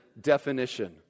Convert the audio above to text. definition